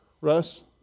Russ